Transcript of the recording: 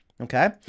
okay